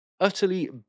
Utterly